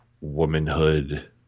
womanhood